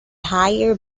higher